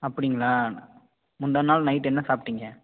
அப்படிங்களா முந்தாநாள் நைட் என்ன சாப்பிட்டிங்க